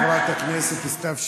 תודה לחברת הכנסת סתיו שפיר.